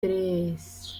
tres